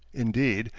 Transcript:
indeed,